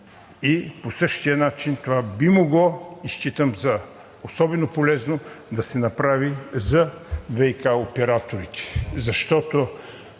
и по същия начин би могло, и считам за особено полезно, да се направи за ВиК операторите.